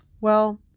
Well